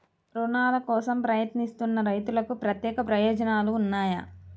రుణాల కోసం ప్రయత్నిస్తున్న రైతులకు ప్రత్యేక ప్రయోజనాలు ఉన్నాయా?